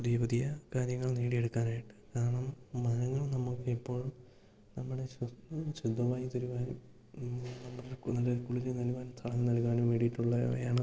പുതിയ പുതിയ കാര്യങ്ങൾ നേടിയെടുക്കാനായിട്ട് കാരണം മരങ്ങൾ നമ്മൾക്കെപ്പോഴും നമ്മുടെ ശുദ്ധവായു തരുവാനും ഇന്ന് നമ്മൾക്ക് നല്ലൊരു കുളിർ നൽകാനും തണൽ നൽകാനും വേണ്ടിയിട്ടുള്ളവയാണ്